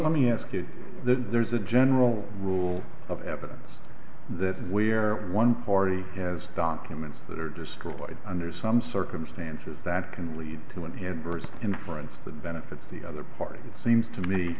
let me ask you there's a general rule of evidence that where one party has documents that are destroyed under some circumstances that can lead to an adverse inference that benefits the other party it seems to me